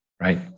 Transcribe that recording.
right